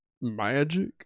magic